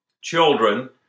children